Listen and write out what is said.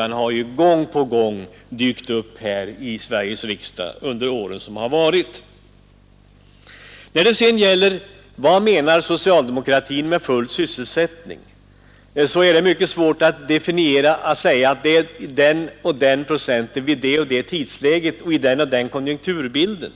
— den har gång på gång dykt upp i Sveriges riksdag under de år som varit. Herr Kristianssons argument faller platt till marken! När det gäller vad socialdemokratin menar med full sysselsättning är det mycket svårt att säga bestämt att arbetslösheten kan få uppgå till den eller den procenten i det eller det tidsläget och vid den eller den konjunkturen.